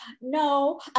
no